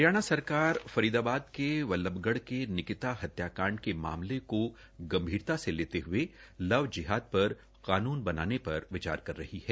हरियाणा सरकार फरीदाबाद के बल्लभगढ़ के निकिता हत्याकांड के मामले पर गंभीरता से लेने हये लव जिहाद पर कानून बनाने पर विचार कर रही है